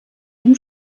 ruhm